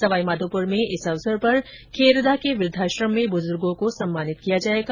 सवाई माधोपुर में इस अवसर पर खेरदा के वृद्वाश्रम में बुजुर्गो को सम्मानित किया जाएगा